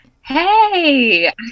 hey